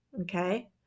Okay